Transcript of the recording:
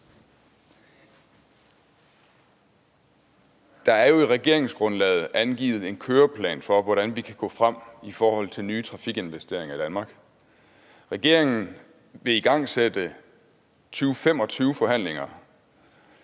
Der er jo i regeringsgrundlaget angivet en køreplan for, hvordan vi kan gå frem i forhold til nye trafikinvesteringer i Danmark. Regeringen vil igangsætte 2025-forhandlinger